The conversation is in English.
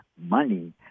money